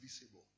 visible